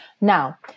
Now